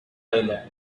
island